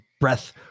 breath